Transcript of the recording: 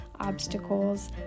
obstacles